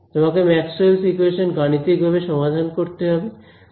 তোমাকে Maxwell's equations Maxwell's equations গাণিতিকভাবে সমাধান করতে হবে